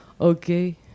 okay